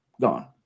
gone